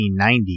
1990